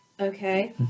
Okay